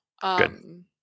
Good